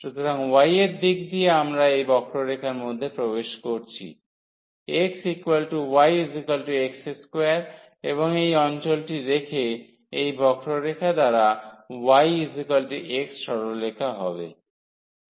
সুতরাং y এর দিক দিয়ে আমরা এই বক্ররেখার মধ্যে প্রবেশ করছি xyx2 এবং এই অঞ্চলটি রেখে এই বক্ররেখা দ্বারা yx সরলরেখা হবে